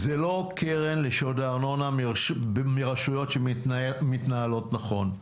זו לא קרן לשוד ארנונה מרשויות שמתנהלות נכון.